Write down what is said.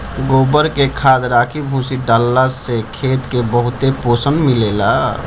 गोबर के खाद, राखी, भूसी डालला से खेत के बहुते पोषण मिलेला